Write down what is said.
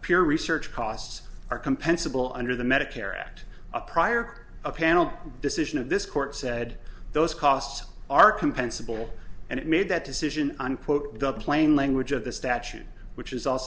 pure research costs are compensable under the medicare act a prior a panel decision of this court said those costs are compensable and it made that decision unquote the plain language of the statute which is also